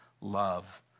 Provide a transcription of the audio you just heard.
love